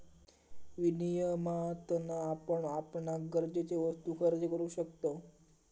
विनियमातना आपण आपणाक गरजेचे वस्तु खरेदी करु शकतव